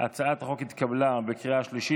הצעת החוק התקבלה בקריאה שלישית,